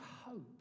hope